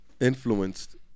influenced